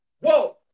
whoa